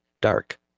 dark